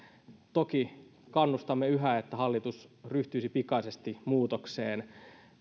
toki kannustamme yhä että hallitus ryhtyisi pikaisesti muutokseen